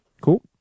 Cool